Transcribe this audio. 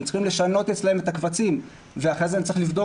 וזה אומר שהם צריכים לשנות אצלם את הקבצים ואחרי זה אני צריך לבדוק